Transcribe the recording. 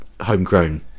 homegrown